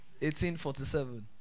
1847